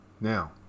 Now